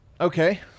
Okay